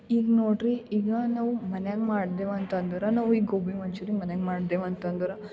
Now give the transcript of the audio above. ಈಗ ನೋಡ್ರಿ ಈಗ ನಾವು ಮನೆಯಾಗ್ ಮಾಡ್ದೆವು ಅಂತಂದ್ರೆ ನಾವು ಈ ಗೋಬಿ ಮಂಚೂರಿ ಮನೆಯಾಗ್ ಮಾಡ್ದೆವು ಅಂತಂದ್ರೆ